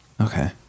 Okay